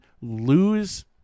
lose